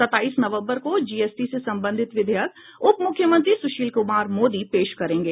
सत्ताईस नवंबर को जीएसटी से संबंधित विधेयक उप मुख्यमंत्री सुशील कुमार मोदी पेश करेंगे